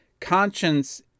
Conscience